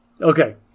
Okay